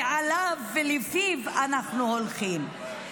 ועליו ולפיו אנחנו הולכים.